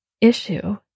issue